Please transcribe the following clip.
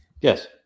yes